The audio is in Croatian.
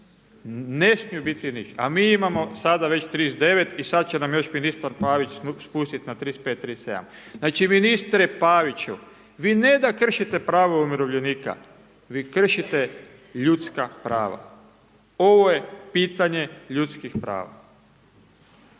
Ne smiju biti niže a mi imamo sada već 39 i sad će nam još ministar Pavić spustiti na 35, 37. Znači ministre Paviću, vi ne da kršite pravo umirovljenika, vi kršite ljudska prava. Ovo je pitanje ljudskih prava.